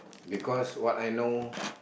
because what I know